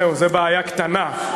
זהו, זה בעיה קטנה.